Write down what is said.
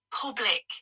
public